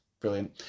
Brilliant